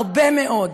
הרבה מאוד.